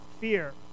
fear